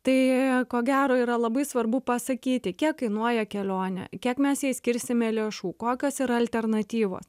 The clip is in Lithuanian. tai ko gero yra labai svarbu pasakyti kiek kainuoja kelionė kiek mes jai skirsime lėšų kokios yra alternatyvos